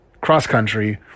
cross-country